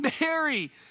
Mary